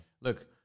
Look